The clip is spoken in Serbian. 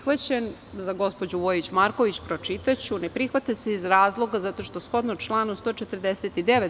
Za gospođu Vojić Marković, pročitaću – ne prihvata se iz razloga zato što, shodno članu 149.